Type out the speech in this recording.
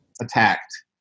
attacked